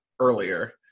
earlier